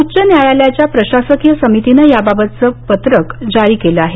उच्च न्यायालयाच्या प्रशासकीय समितीनं याबाबतचं पत्रक जारी केलं आहे